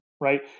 right